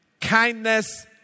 kindness